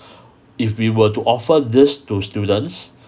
if we were to offer this to students